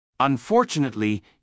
Unfortunately